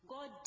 God